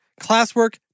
classwork